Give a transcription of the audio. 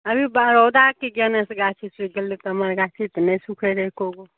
अभी बा रौदाके ज्ञानेसँ गाछी सुखि गेलै नहि तऽ हमर गाछी तऽ नहि सूखै रहै ए गो